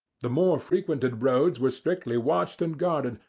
the more-frequented roads were strictly watched and guarded,